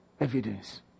evidence